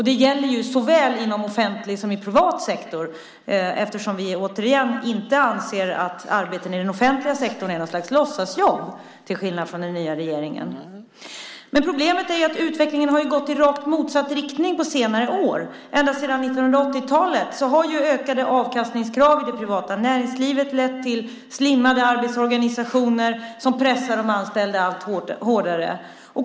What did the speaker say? Det gäller såväl inom offentlig som inom privat sektor. Vi anser inte att arbete i den offentliga sektorn är något slags låtsasjobb, till skillnad från den nya regeringen. Problemet är att utvecklingen har gått i rakt motsatt riktning på senare år. Ända sedan 1980-talet har ökade avkastningskrav i det privata näringslivet lett till slimmade arbetsorganisationer som pressar de anställda allt hårdare.